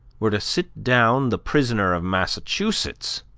were to sit down the prisoner of massachusetts,